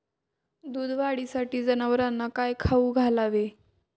दूध वाढीसाठी जनावरांना काय खाऊ घालावे?